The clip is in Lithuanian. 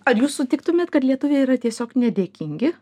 ar jūs sutiktumėt kad lietuviai yra tiesiog nedėkingi